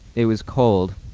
it was cold,